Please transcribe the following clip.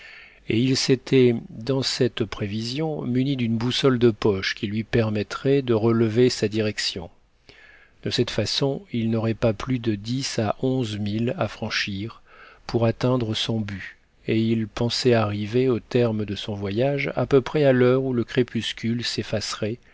et il s'était dans cette prévision muni d'une boussole de poche qui lui permettrait de relever sa direction de cette façon il n'aurait pas plus de dix à onze milles à franchir pour atteindre son but et il pensait arriver au terme de son voyage à peu près à l'heure où le crépuscule s'effacerait